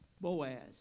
Boaz